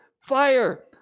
fire